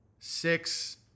Six